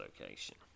location